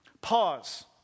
Pause